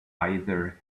either